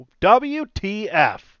WTF